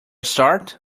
start